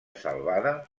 salvada